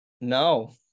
no